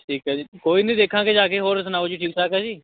ਠੀਕ ਹੈ ਜੀ ਕੋਈ ਨਹੀਂ ਦੇਖਾਂਗੇ ਜਾ ਕੇ ਹੋਰ ਸੁਣਾਓ ਜੀ ਠੀਕ ਠਾਕ ਹੈ ਜੀ